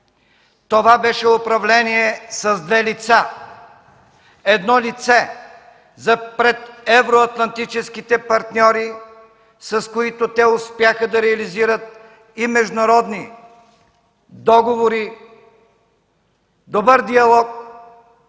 Това беше управление с две лица: едно лице – за пред евроатлантическите партньори, с които те успяха да реализират и международни договори, добър диалог;